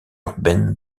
urbaine